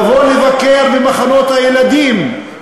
לבוא לבקר במחנות הילדים,